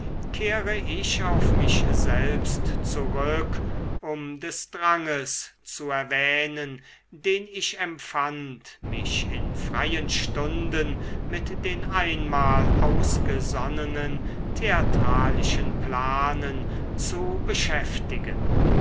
kehre ich auf mich selbst zurück um des dranges zu erwähnen den ich empfand mich in freien stunden mit den einmal ausgesonnenen theatralischen planen zu beschäftigen